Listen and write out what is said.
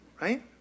right